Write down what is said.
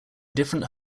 different